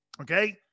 okay